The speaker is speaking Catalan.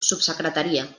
subsecretaria